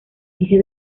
eje